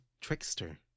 trickster